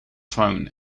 throne